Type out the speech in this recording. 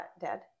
dead